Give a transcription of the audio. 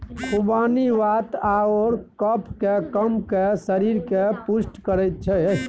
खुबानी वात आओर कफकेँ कम कए शरीरकेँ पुष्ट करैत छै